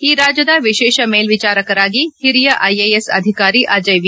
ಈ ರಾಜ್ಯದ ವಿಶೇಷ ಮೇಲ್ವಿಚಾರಕರಾಗಿ ಹಿರಿಯ ಐಎಎಸ್ ಅಧಿಕಾರಿ ಅಜಯ್ ವಿ